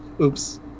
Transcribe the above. Oops